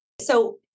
So-